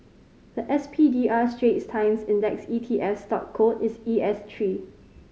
the S P D R Straits Times Index E T F stock code is E S three